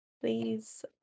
please